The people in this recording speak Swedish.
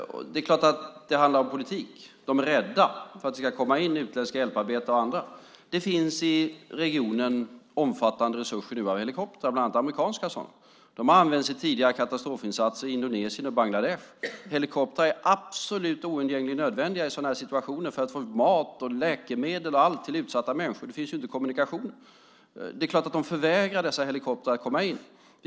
Det är klart att det handlar om politik. Regimen är rädd för att det ska komma in utländska hjälparbetare och andra. Det finns i regionen omfattande resurser, bland annat amerikanska helikoptrar. De har använts i tidigare katastrofinsatser i Indonesien och Bangladesh. Helikoptrar är absolut oundgängligen nödvändiga i sådana här situationer för att ge utsatta människor mat, läkemedel och annat. Det finns inga kommunikationer. Det är klart att regimen förvägrar dessa helikoptrar att komma in i landet.